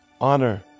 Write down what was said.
Honor